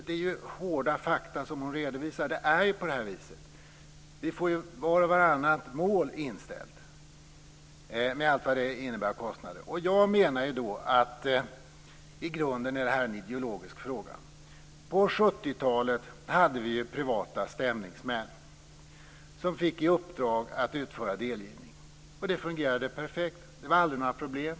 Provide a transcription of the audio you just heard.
Det är hårda fakta som Kia Andreasson redovisar, och det är på nämnda vis. Var och varannat mål blir inställt, med allt vad det innebär i kostnader. Jag menar att detta i grunden är en ideologisk fråga. På 70-talet hade vi privata stämningsmän som fick i uppdrag att utföra delgivning. Det fungerade perfekt - det var aldrig några problem.